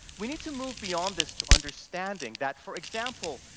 we need to move beyond this to understanding, that for example,